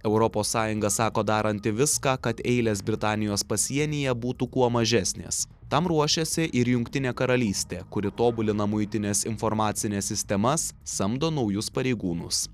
europos sąjunga sako daranti viską kad eilės britanijos pasienyje būtų kuo mažesnės tam ruošiasi ir jungtinė karalystė kuri tobulina muitinės informacines sistemas samdo naujus pareigūnus